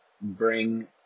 bring